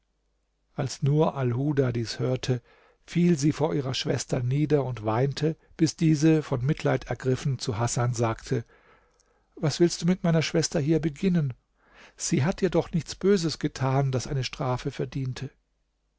als nur alhuda dies hörte fiel sie vor ihrer schwester nieder und weinte bis diese von mitleid ergriffen zu hasan sagte was willst du mit meiner schwester hier beginnen sie hat dir doch nichts böses getan das eine strafe verdiente